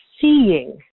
seeing